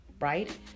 right